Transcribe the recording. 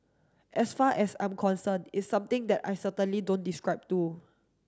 as far as I'm concerned it's something that I certainly don't describe to